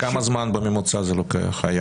כמה זמן זה לוקח בממוצע?